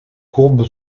courbe